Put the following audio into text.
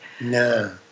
No